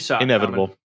inevitable